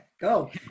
go